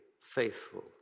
faithful